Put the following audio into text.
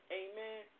amen